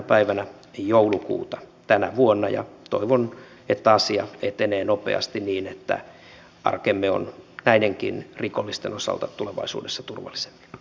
päivänä joulukuuta tänä vuonna ja toivon että asia etenee nopeasti niin että arkemme on näidenkin rikollisten osalta tulevaisuudessa turvaksi